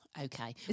okay